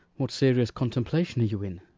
what serious contemplation are you in?